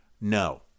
no